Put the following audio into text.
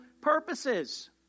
purposes